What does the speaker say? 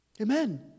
Amen